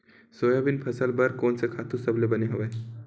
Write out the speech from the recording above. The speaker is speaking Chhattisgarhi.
सोयाबीन फसल बर कोन से खातु सबले बने हवय?